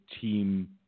team